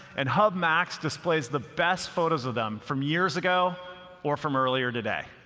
and hub max displays the best photos of them from years ago or from earlier today.